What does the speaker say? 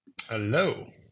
Hello